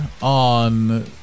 on